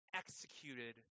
executed